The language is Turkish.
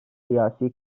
siyasi